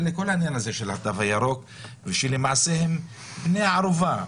לכל העניין הזה של התו הירוק ושלמעשה הם בני ערובה,